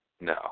No